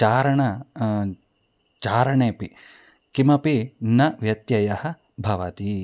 चारणं चारणेऽपि किमपि न व्यत्ययः भवति